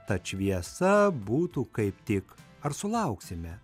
tad šviesa būtų kaip tik ar sulauksime